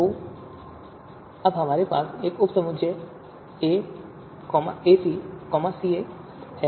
तो अब हमारे पास यह उपसमुच्चय A C1 है